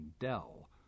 Dell